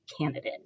candidate